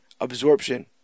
absorption